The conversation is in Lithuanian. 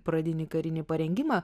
pradinį karinį parengimą